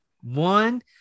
One